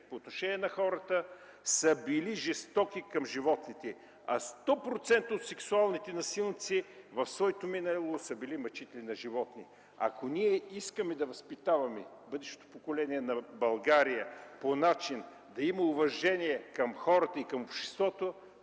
по отношение на хора, са били жестоки към животните, а 100% от сексуалните насилници в своето минало са били мъчители на животни. Ако ние искаме да възпитаваме бъдещото поколение на България да има уважение към хората, към обществото,